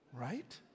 Right